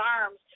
arms